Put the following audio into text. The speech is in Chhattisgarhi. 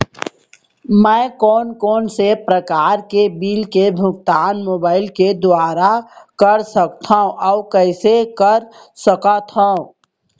मैं कोन कोन से प्रकार के बिल के भुगतान मोबाईल के दुवारा कर सकथव अऊ कइसे कर सकथव?